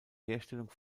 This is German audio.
herstellung